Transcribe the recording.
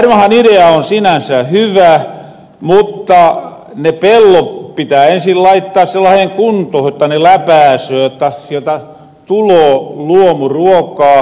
varmahan idea on sinänsä hyvä mutta ne pellot pitää ensin laittaa sellaheen kuntoon että ne läpääsöö jotta sieltä tuloo luomuruokaa